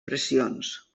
pressions